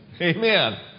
Amen